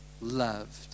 loved